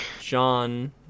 John